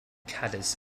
cadiz